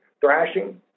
thrashing